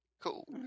Cool